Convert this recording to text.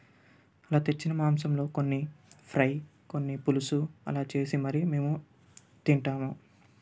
అలా తెచ్చిన మాంసంలో కొన్ని ఫ్రై కొన్ని పులుసు అలా చేసి మరీ మేము తింటాము